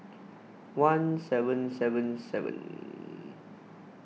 one seven seven seven